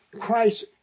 Christ